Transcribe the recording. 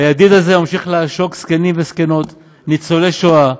ה"ידיד" הזה ממשיך לעשוק זקנים וזקנות ניצולי השואה,